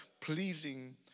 pleasing